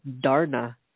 Darna